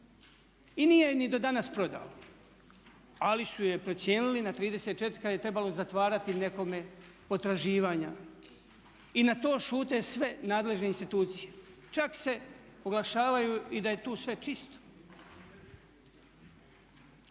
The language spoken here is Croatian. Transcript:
i nije ju ni do danas prodao, ali su je procijenili na 34 kad je trebalo zatvarati nekome potraživanja. I na to šute sve nadležne institucije, čak se oglašavaju i da je tu sve čisto.